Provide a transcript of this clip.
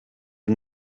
are